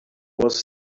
was